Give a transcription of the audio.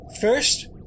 First